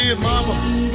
Mama